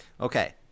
Okay